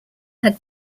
had